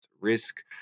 risk